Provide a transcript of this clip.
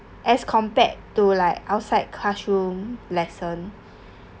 as compared to like outside classroom lesson